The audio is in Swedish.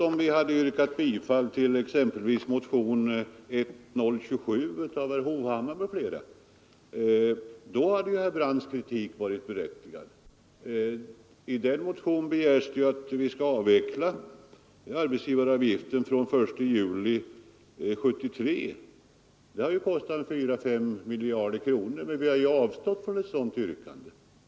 Om vi däremot yrkat bifall till motionen 1027 av herr Hovhammar m.fl. hade herr Brandts kritik varit berättigad. I den motionen begärs det ju att vi skall avveckla arbetsgivaravgiften från den 1 juli 1973. Det skulle kosta 4—5 miljarder kronor. Men vi ju har ju avstått från att framställa ett sådant yrkande.